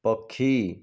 ପକ୍ଷୀ